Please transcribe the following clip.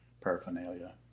paraphernalia